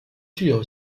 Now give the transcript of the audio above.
具有